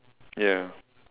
ya